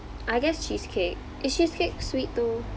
I guess cheesecake is cheesecake sweet too